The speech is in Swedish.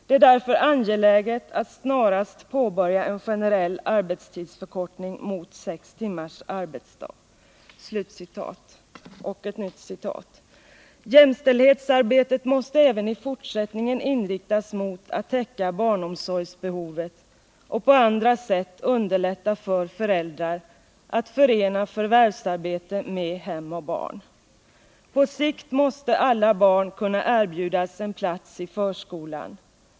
Det är därför angeläget att snarast påbörja en generell arbetstidsförkortning mot sex timmars arbetsdag. ——-— Jämställdhetsarbetet måste även i fortsättningen inriktas mot att täcka barnomsorgsbehovet och på andra sätt underlätta för föräldrar att förena förvärvsarbete med hem och barn. På sikt måste alla barn kunna erbjudas en plats i förskolan.